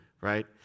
right